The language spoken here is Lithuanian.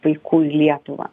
vaikų į lietuvą